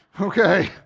okay